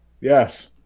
Yes